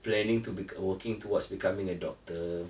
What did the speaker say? planning to be~ working towards becoming a doctor